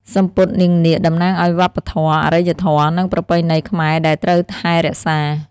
សំពត់នាងនាគតំណាងឲ្យវប្បធម៌ អរិយធម៌ និងប្រពៃណីខ្មែរដែលត្រូវថែរក្សា។